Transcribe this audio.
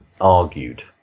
argued